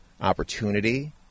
opportunity